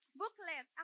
booklet